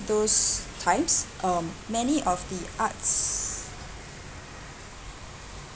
those times um many of the arts